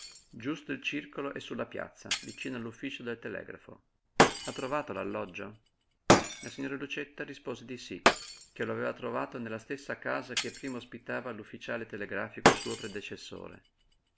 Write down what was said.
giusto il circolo è su la piazza vicino all'ufficio del telegrafo ha trovato l'alloggio la signora lucietta rispose di sí che lo aveva trovato nella stessa casa che prima ospitava l'ufficiale telegrafico suo predecessore